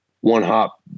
one-hop